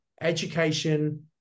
education